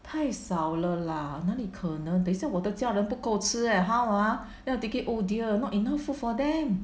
太少了 lah 那里可能等下我的家人不够吃 leh how ah then I'm thinking oh dear not enough food for them